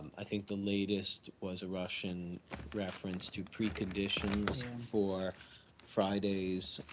i think the latest was a russian reference to preconditions for friday's